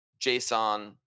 JSON